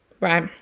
right